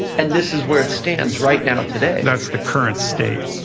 and this is where it stands right now today. that's the current state.